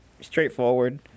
straightforward